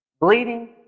bleeding